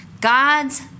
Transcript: God's